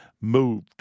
moved